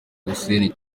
hussein